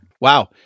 Wow